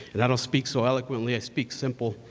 and i don't speak so eloquently i speak simple.